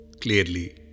Clearly